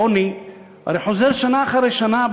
דוח העוני הרי חוזר שנה אחרי שנה,